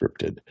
scripted